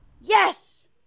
Yes